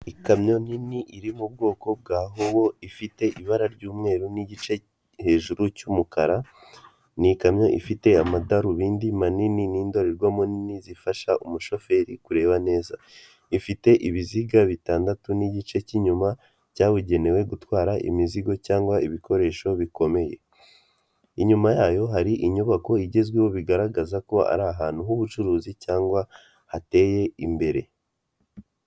Ikamyo nini iri mu bwoko bwa Howo ifite ibara ry'umweru n'igice hejuru cy'umukara, ni ikamyo ifite amadarubindi manini n'indorerwamo nini zifasha umushoferi kureba neza. Ifite ibiziga bitandatu n'igice cy'inyuma cyabugenewe gutwara imizigo cyangwa ibikoresho bikomeye, inyuma yayo hari inyubako igezweho bigaragaza ko ari ahantu h'ubucuruzi cyangwa hateye imbere.